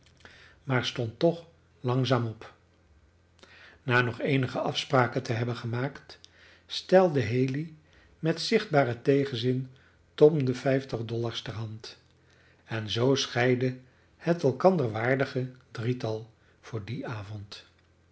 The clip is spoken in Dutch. maar stond toch langzaam op na nog eenige afspraken te hebben gemaakt stelde haley met zichtbaren tegenzin tom de vijftig dollars ter hand en zoo scheidde het elkander waardige drietal voor dien avond